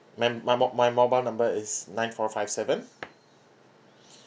my my mo~ my mobile number is nine four five seven